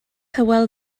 hywel